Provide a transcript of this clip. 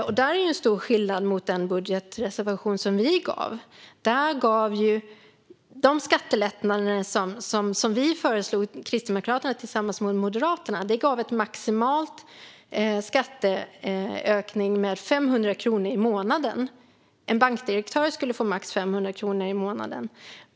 Det är en stor skillnad mot vår budgetreservation. De skattelättnader som Kristdemokraterna tillsammans med Moderaterna föreslog gav en maximal skattelättnad på 500 kronor i månaden. En bankdirektör skulle få maximalt 500 kronor mer i månaden.